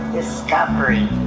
discovery